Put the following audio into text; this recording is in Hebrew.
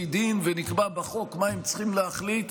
דין ונקבע בחוק מה הם צריכים להחליט,